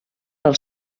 del